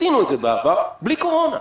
עשינו את זה בעבר בלי קורונה.